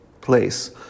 place